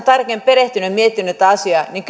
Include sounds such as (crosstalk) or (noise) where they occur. (unintelligible) tarkemmin perehtynyt ja miettinyt tätä asiaa niin (unintelligible)